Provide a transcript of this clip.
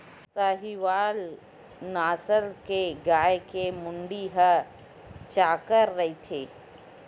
साहीवाल नसल के गाय के मुड़ी ह चाकर रहिथे